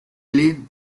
riley